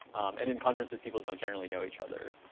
and in conferences, people don't generally know each other.